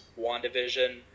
WandaVision